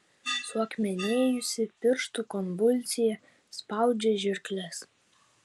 suakmenėjusi pirštų konvulsija spaudžia žirkles